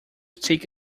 take